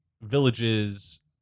villages